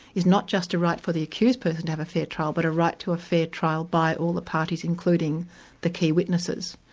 is not just a right for the accused person to have a fair trial but a right to a fair trial by all the parties, including the key witnesses.